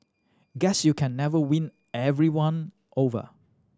guess you can never win everyone over